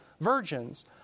virgins